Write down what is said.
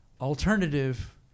alternative